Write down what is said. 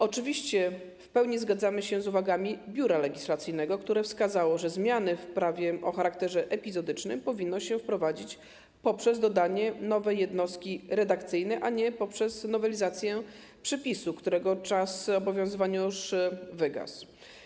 Oczywiście w pełni zgadzamy się z uwagami Biura Legislacyjnego, które wskazało, że zmiany w prawie o charakterze epizodycznym powinno się wprowadzać poprzez dodanie nowej jednostki redakcyjnej, a nie poprzez nowelizację przepisu, którego czas obowiązywania już wygasł.